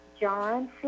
John